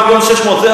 4.6 מיליון.